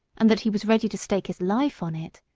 and that he was ready to stake his life on it,